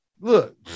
Look